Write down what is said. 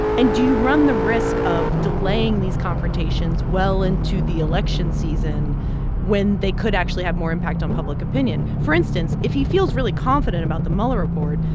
and do you run the risk of delaying these confrontations well into the election season when they could actually have more impact on public opinion? for instance, if he feels really confident about the mueller report,